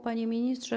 Panie Ministrze!